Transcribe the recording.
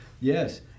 yes